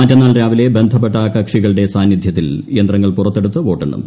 മറ്റന്നാൾ രാവിലെ ബന്ധപ്പെട്ട കക്ഷികളുടെ സാന്നിധ്യത്തിൽ യന്ത്രങ്ങൾ പുറത്തെടുത്ത് വോട്ടെണ്ണും